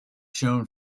shown